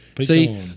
See